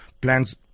plans